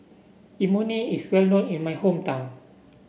Imoni is well known in my hometown